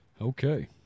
okay